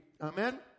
Amen